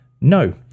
no